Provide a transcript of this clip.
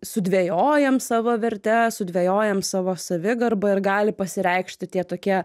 sudvejojam savo verte sudvejojam savo savigarba ir gali pasireikšti tie tokie